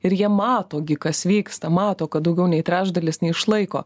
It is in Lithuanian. ir jie mato gi kas vyksta mato kad daugiau nei trečdalis neišlaiko